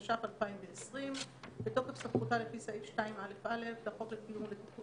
התש״ף 2020. בתוקף סמכותה לפי סעיף 2(א)(2) לחוק לתיקון